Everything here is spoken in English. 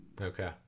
Okay